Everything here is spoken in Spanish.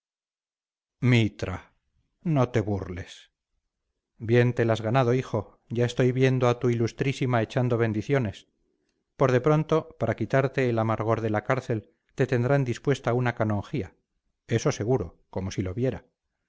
mitra no te burles bien te la has ganado hijo ya estoy viendo a tu ilustrísima echando bendiciones por de pronto para quitarte el amargor de la cárcel te tendrán dispuesta una canonjía eso seguro como si lo viera